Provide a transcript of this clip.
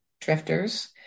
drifters